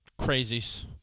crazies